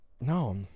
no